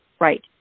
right